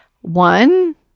one